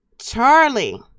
Charlie